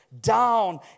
down